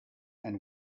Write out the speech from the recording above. and